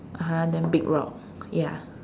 uh-huh then big rock ya